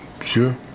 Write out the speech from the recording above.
Sure